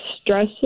stress